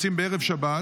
יוצאים בערב שבת,